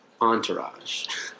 entourage